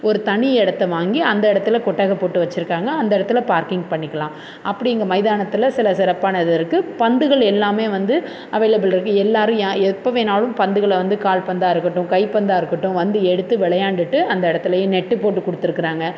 ஒரு தனி இடத்த வாங்கி அந்த இடத்துல கொட்டகை போட்டு வச்சிருக்காங்க அந்த இடத்துல பார்க்கிங் பண்ணிக்கலாம் அப்படி இங்கே மைதானத்தில் சில சிறப்பான இது இருக்குது பந்துகள் எல்லாமே வந்து அவைலபிள் இருக்குது எல்லோரும் எப்போ வேணாலும் பந்துகளை வந்து கால்பந்தாக இருக்கட்டும் கைப்பந்தாக இருக்கட்டும் வந்து எடுத்து விளையாண்டுட்டு அந்த இடத்துலையே நெட்டு போட்டு கொடுத்துருக்கறாங்க